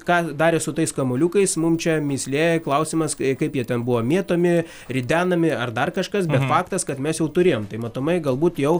ką darė su tais kamuoliukais mum čia mįslė klausimas kaip jie ten buvo mėtomi ridenami ar dar kažkas bet faktas kad mes jau turėjom tai matomai galbūt jau